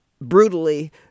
brutally